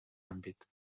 àmbit